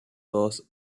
was